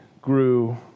grew